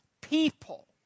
people